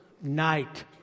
night